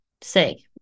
say